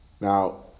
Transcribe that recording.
Now